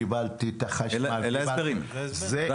קיבלתי את החשמל --- אלה ההסברים והגודל.